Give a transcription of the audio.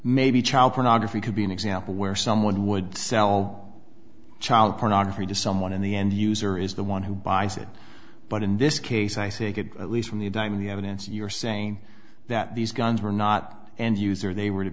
maybe child pornography could be an example where someone would sell child pornography to someone in the end user is the one who buys it but in this case i think it at least from the time the evidence you're saying that these guns were not end user they were to